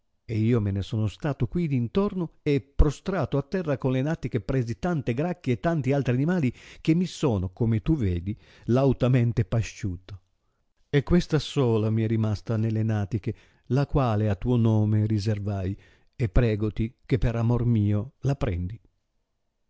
e io me ne sono stato qui d'intorno e prostrato a terra con le natiche presi tante gracchie e tanti altri animali che mi sono come tu vedi lautamente pasciuto e questa sola mi è rimasta nelle natiche la quale a tuo nome riservai e pregoti che per amor mio la prendi